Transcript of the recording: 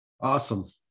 awesome